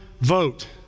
vote